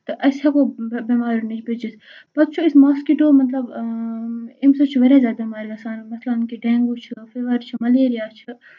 تہٕ أسہِ ہٮ۪کو بٮ۪مارٮ۪وو نِش بٔچِتھ پَتہٕ چھُ أسۍ ماسکِٹو مطلب اَمہِ سۭتۍ چھُ واریاہ زیادٕ بٮ۪مارِ گژھان مثلاََ کہِ ڈٮ۪نٛگوٗ چھُ فیٖور چھُ مَلیٚرِیا چھُ